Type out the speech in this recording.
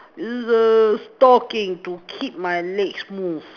is a stocking to keep my legs smooth